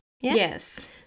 yes